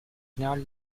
général